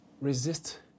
resist